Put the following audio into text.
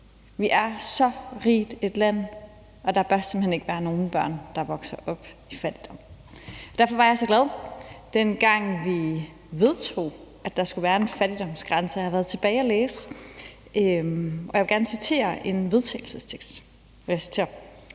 Vi er så rigt et land, og der bør simpelt hen ikke være nogen børn, der vokser op i fattigdom. Derfor var jeg så glad, dengang vi vedtog, at der skulle være en fattigdomsgrænse. Jeg har været tilbage og læse, og jeg vil gerne citere en vedtagelsestekst: »Folketinget